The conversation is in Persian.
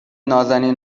نــازنین